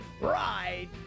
right